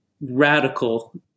radical